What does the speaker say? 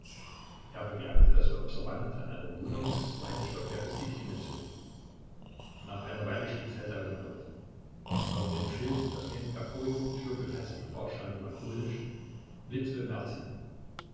er bemerkte daß der observant an einer wohnung des zweiten stockwerkes die klingel zog nach einer weile stieg feldau hinauf auf dem schild das neben der korridortür befestigt war stand lakonisch witwe merten